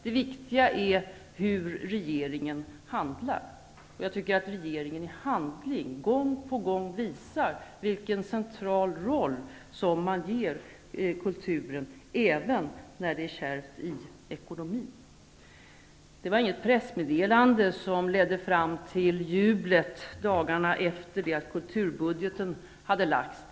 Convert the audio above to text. Det viktiga är hur regeringen handlar. Jag tycker att regeringen i handling gång på gång visar vilken central roll som man ger kulturen även när det är kärvt i ekonomin. Det var inget pressmeddelande som ledde fram till jublet dagarna efter det att kulturbudgeten hade lagts fram.